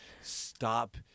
stop